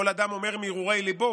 כל אדם אומר מהרהורי ליבו,